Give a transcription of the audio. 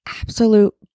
absolute